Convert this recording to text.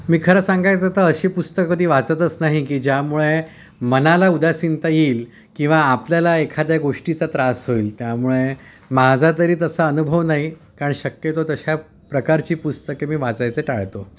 मी खरं सांगायचं तर अशी पुस्तक कधी वाचतच नाही की ज्यामुळे मनाला उदासीनता येईल किंवा आपल्याला एखाद्या गोष्टीचा त्रास होईल त्यामुळे माझा तरी तसा अनुभव नाही कारण शक्यतो तशा प्रकारची पुस्तकं मी वाचायचे टाळतो